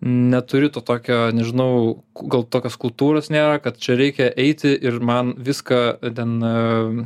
neturi to tokio nežinau gal tokios kultūros nėra kad čia reikia eiti ir man viską ten